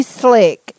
slick